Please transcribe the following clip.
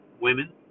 women